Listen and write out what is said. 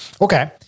Okay